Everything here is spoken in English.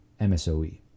MSOE